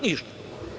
Ništa.